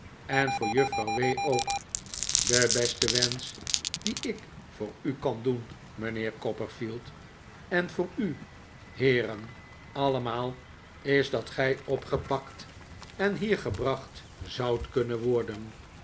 en voor juffrouw w ook de beste wensch dien ik voor u kan doen mijnheer copperfield en voor u heeren allemaal is dat gij opgepakt en hier gebracht zoudt kunnen worden